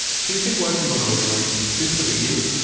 she's been working on organoids since the beginning,